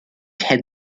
ted